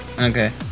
Okay